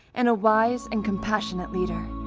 and a wise and compassionate leader.